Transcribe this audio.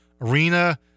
arena